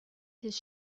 his